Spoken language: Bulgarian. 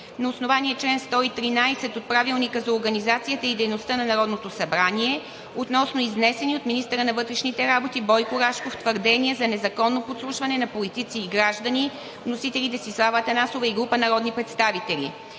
на основание чл. 113 от Правилника за организацията и дейността на Народното събрание относно изнесени от министъра на вътрешните работи Бойко Рашков твърдения за незаконно подслушване на политици и граждани. Вносители – Десислава Атанасова и група народни представители.